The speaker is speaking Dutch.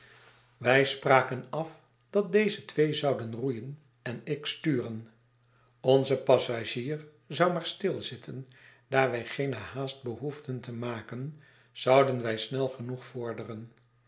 wij spraken af dat deze twee zouden roeien en ik sturen onze passagier zou maar stilzitten daar wij geene hajast behbefden te maken zouden wij snel genoeg vorderen